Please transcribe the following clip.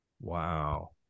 Wow